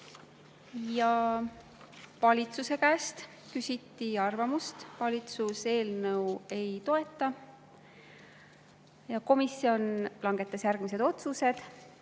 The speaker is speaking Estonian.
Valitsuselt küsiti arvamust, valitsus eelnõu ei toeta. Komisjon langetas järgmised otsused.